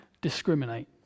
discriminate